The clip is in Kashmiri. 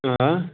آ